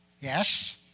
Yes